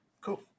Cool